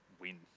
win